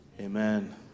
amen